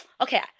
okay